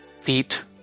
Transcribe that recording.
feet